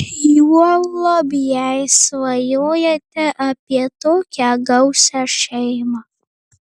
juolab jei svajojate apie tokią gausią šeimą